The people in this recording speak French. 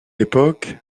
époque